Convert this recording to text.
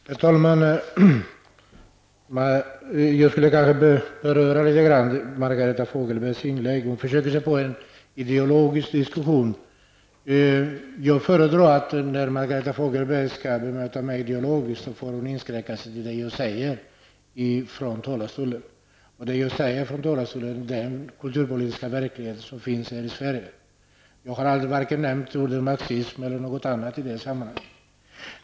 Herr talman! Jag skulle vilja beröra Margareta Fogelbergs inlägg. Hon försöker sig på en ideologisk diskussion. Jag föredrar att Margareta Fogelberg, när hon skall bemöta mig ideologiskt, inskränker sig till det jag säger i talarstolen. Det jag talar om i talarstolen är den kulturpolitiska verklighet som råder här i Sverige. Jag har varken nämnt marxism eller något annat i den vägen.